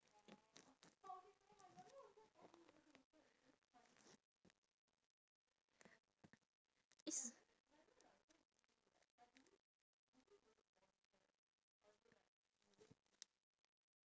it's